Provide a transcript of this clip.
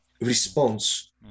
response